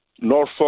Norfolk